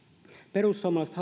perussuomalaiset